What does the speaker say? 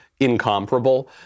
incomparable